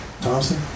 Thompson